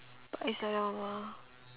but it's like that one mah